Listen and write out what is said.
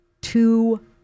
two